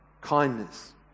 kindness